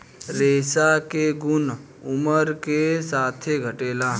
रेशा के गुन उमर के साथे घटेला